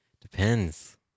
depends